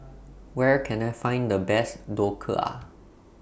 Where Can I Find The Best Dhokla